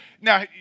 Now